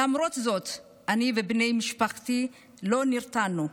למרות זאת אני ובני משפחתי לא נרתענו,